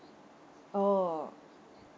orh